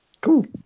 Cool